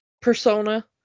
Persona